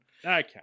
Okay